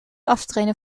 aftreden